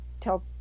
tell